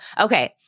Okay